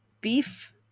beef